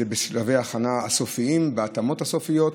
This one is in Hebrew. זה בשלבי הכנה סופיים, בהתאמות הסופיות,